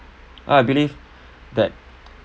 I believe that